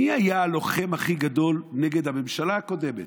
מי היה הלוחם הכי גדול נגד הממשלה הקודמת,